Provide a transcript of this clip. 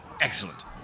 Excellent